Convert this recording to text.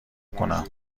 کنم